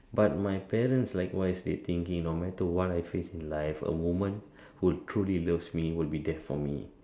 but my parents likewise they thinking no matter what I face in life a woman who truly loves me would be there for me